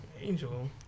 angel